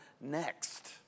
next